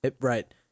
Right